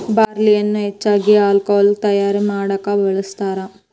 ಬಾರ್ಲಿಯನ್ನಾ ಹೆಚ್ಚಾಗಿ ಹಾಲ್ಕೊಹಾಲ್ ತಯಾರಾ ಮಾಡಾಕ ಬಳ್ಸತಾರ